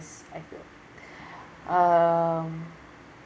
I feel um